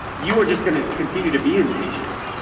you are just going to continue to be impatient.